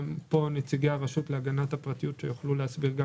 גם נציגי הרשות להגנת הפרטיות שיוכלו להסביר את